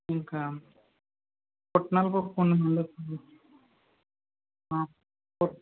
ఇంక పుట్నాల పప్పు ఉంది చూడండి పుట్